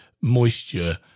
moisture